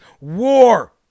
war